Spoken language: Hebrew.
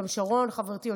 גם שרון חברתי,